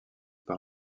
par